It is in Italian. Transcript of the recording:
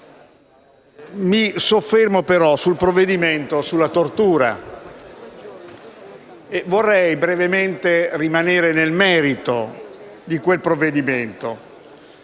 Mi soffermo però sul provvedimento sulla tortura e vorrei brevemente rimanere nel merito di quel provvedimento